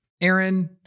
Aaron